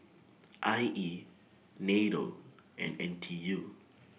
I E NATO and N T U